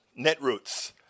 Netroots